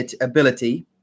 ability